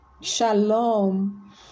shalom